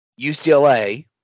UCLA